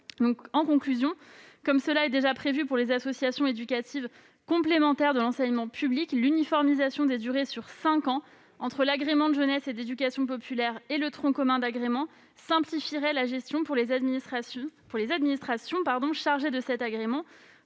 de cinq ans. Comme cela est déjà prévu pour les associations éducatives complémentaires de l'enseignement public, l'uniformisation des durées sur cinq ans entre l'agrément de jeunesse et d'éducation populaire et le tronc commun d'agrément simplifierait la gestion pour les administrations chargées de cet agrément,